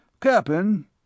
Cap'n